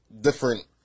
different